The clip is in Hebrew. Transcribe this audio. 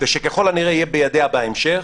ושככל הנראה יהיה בידיה בהמשך,